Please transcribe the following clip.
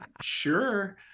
sure